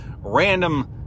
random